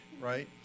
right